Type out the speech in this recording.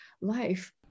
life